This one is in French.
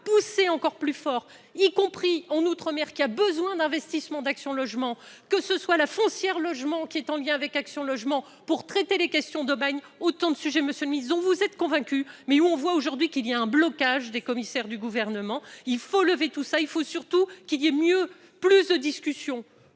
pousser encore plus fort, y compris en Outre-mer, qui a besoin d'investissements d'Action Logement, que ce soit la Foncière Logement qui est en lien avec Action Logement pour traiter les questions d'Aubagne, autant de sujets monsieur on vous êtes convaincu mais où on voit aujourd'hui qu'il y a un blocage des commissaires du gouvernement, il faut lever tout ça, il faut surtout qu'il y ait mieux plus de discussion